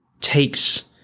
takes